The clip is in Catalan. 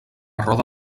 roda